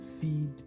feed